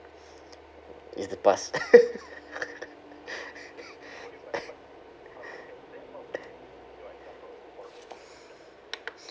it's the past